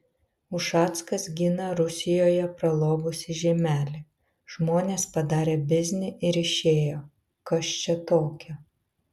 ušackas gina rusijoje pralobusį žiemelį žmonės padarė biznį ir išėjo kas čia tokio